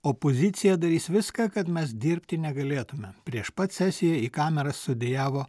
opozicija darys viską kad mes dirbti negalėtume prieš pat sesiją į kameras sudejavo